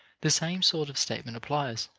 the same sort of statement applies.